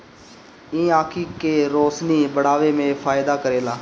इ आंखी के रोशनी बढ़ावे में फायदा करेला